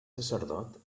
sacerdot